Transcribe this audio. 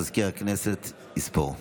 מזכיר הכנסת יספור.